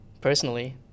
personally